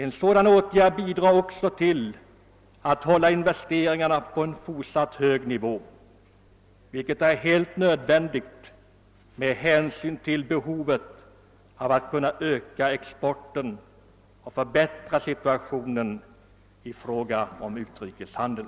En sådan åtgärd bidrar även till att hålla investeringarna på en hög nivå, vilket är helt nödvändigt med hänsyn till vårt behov av att kunna öka exporten och förbättra balansen i vår utrikeshandel.